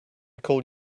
call